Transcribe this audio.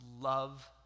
love